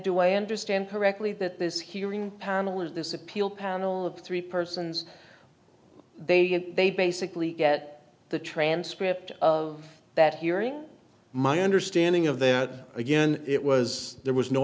do i understand correctly that this hearing panel is this appeal panel of three persons they they basically get the transcript of that hearing my understanding of that again it was there was no